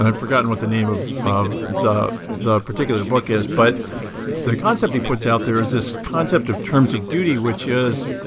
and i forgot and what the name of of the the particular book is, but the concept he puts out there is this concept of terms of duty, which is.